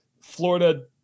Florida